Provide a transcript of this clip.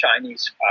Chinese